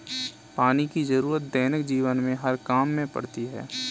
पानी की जरुरत दैनिक जीवन के हर काम में पड़ती है